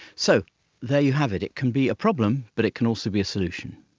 so there you have it, it can be a problem but it can also be a solution.